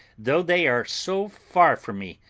though they are so far from me,